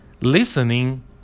listening